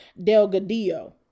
Delgadillo